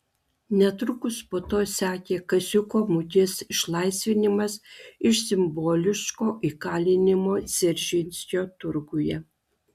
netrukus po to sekė kaziuko mugės išlaisvinimas iš simboliško įkalinimo dzeržinskio turguje